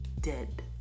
dead